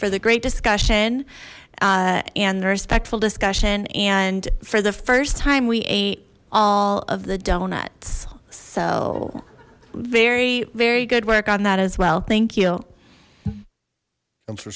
for the great discussion and the respectful discussion and for the first time we ate all of the donuts so very very good work on that as well thank you